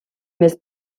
més